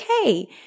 okay